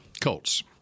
Colts